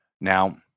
now